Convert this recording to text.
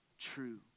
true